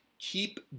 keep